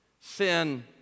Sin